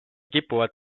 kipuvad